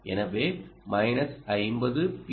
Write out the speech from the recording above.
எனவே minus 50 B